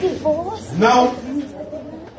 No